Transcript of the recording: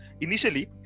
Initially